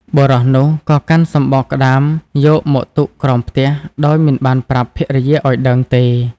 បុរសនោះ ក៏កាន់សំបកក្ដាមយកមកទុកក្រោមផ្ទះដោយមិនបានប្រាប់ភរិយាឲ្យដឹងទេ។